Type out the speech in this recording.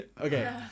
Okay